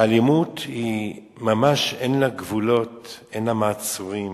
והאלימות, ממש אין לה גבולות, אין לה מעצורים.